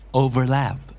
overlap